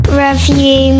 review